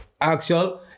actual